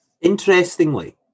Interestingly